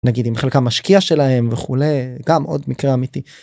נגיד אם חלקם משקיע שלהם וכולי, גם עוד מקרה אמיתי.